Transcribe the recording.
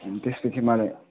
त्यसपछि मलाई